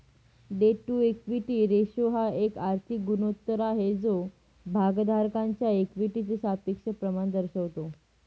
date to equity ratio हा एक आर्थिक गुणोत्तर आहे जो भागधारकांच्या इक्विटीचे सापेक्ष प्रमाण दर्शवतो